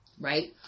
right